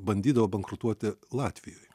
bandydavo bankrutuoti latvijoj